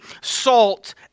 salt